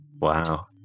Wow